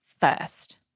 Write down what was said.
first